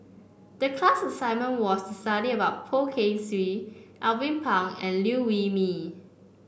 the class assignment was to study about Poh Kay Swee Alvin Pang and Liew Wee Mee